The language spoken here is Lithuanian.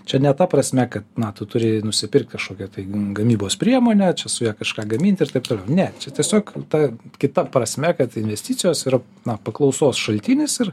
čia ne ta prasme kad na tu turi nusipirkt kažkokią tai gamybos priemonę čia su ja kažką gamint ir taip toliau ne čia tiesiog ta kita prasme kad investicijos yra na paklausos šaltinis ir